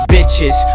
Bitches